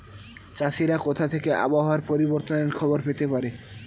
চাষিরা কোথা থেকে আবহাওয়া পরিবর্তনের খবর পেতে পারে?